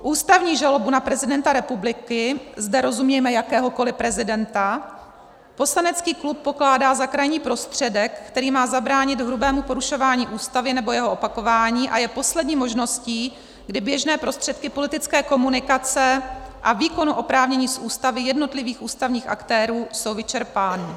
Ústavní žalobu na prezidenta republiky, zde rozumíme jakéhokoli prezidenta, poslanecký klub pokládá za krajní prostředek, který má zabránit hrubému porušování Ústavy nebo jeho opakování a je poslední možností, kdy běžné prostředky politické komunikace a výkon oprávnění z Ústavy jednotlivých ústavních aktérů jsou vyčerpány.